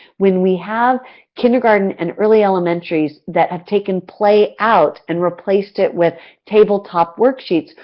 when we have kindergarten and early elementary that have taken play out and replaced it with table-top worksheets,